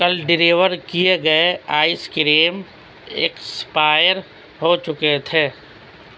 کل ڈلیور کیے گئے آئس کریم ایکسپائر ہو چکے تھے